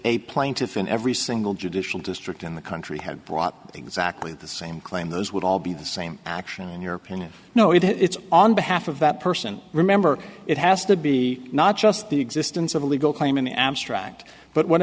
a plaintiff in every single judicial district in the country had brought exactly the same claim those would all be the same action in your opinion no it's on behalf of that person remember it has to be not just the existence of a legal claim in the abstract but what